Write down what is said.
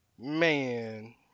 Man